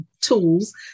tools